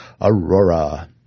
Aurora